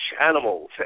animals